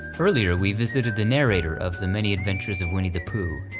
earlier we visited the narrator of the many adventures of winnie the pooh.